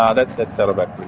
ah that's that's saddleback